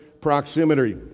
proximity